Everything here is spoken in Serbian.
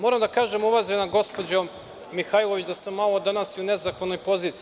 Moram da kažem, uvažena gospođo Mihajlović, da sam malo danas u nezahvalnoj poziciji.